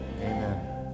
Amen